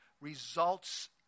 results